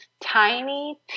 tiny